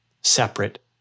separate